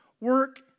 work